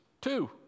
Two